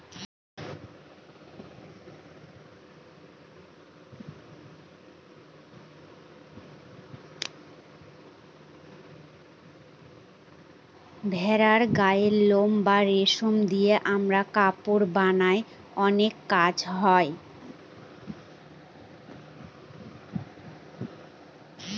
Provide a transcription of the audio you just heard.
ভেড়ার গায়ের লোম বা রেশম দিয়ে আমরা কাপড় বানায় অনেক কাজ হয়